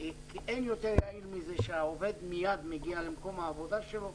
כי אין יותר יעיל מזה שהעובד מיד מגיע למקום העבודה שלו,